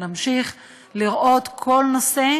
נמשיך לראות כל נושא,